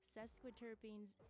sesquiterpenes